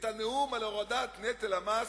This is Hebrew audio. את הנאום על הורדת נטל המס,